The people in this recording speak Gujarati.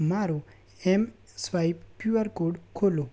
મારો એમ સ્વાઈપ ક્યુઆર કોડ ખોલો